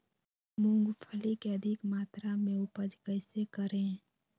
मूंगफली के अधिक मात्रा मे उपज कैसे करें?